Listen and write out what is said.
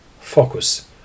focus